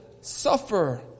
suffer